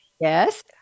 Yes